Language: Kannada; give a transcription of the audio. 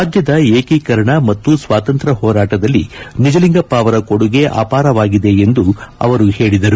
ರಾಜ್ಯದ ಏಕೀಕರಣ ಮತ್ತು ಸ್ವಾತಂತ್ರ್ತ್ನ ಹೋರಾಟದಲ್ಲಿ ನಿಜಲಿಂಗಪ್ಪ ಅವರ ಕೊಡುಗೆ ಅಪಾರವಾಗಿದೆ ಎಂದು ಅವರು ಹೇಳಿದರು